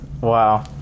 wow